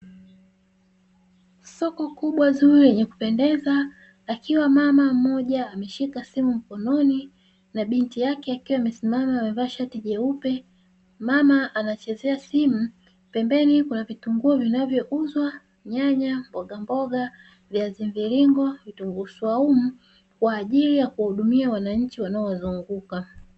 Soko kubwa Zuri lenye kupendeza akiwa mama mmoja ameshika simu mkononi na binti yake akiwa amesimama amevaa shati jeupe, mama anachezea simu pembeni kuna vitunguu vinavyouzwa, nyanya , mbogamboga, viazi mviringo, vitunguu na swaumu kwa ajili ya kuhudumia wananchi wanao wazunguka.